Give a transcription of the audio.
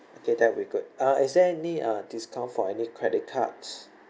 okay that will be good uh is there any uh discount for any credit cards